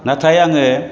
नाथाय आङो